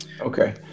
okay